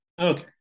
okay